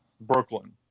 Brooklyn